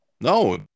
No